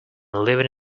living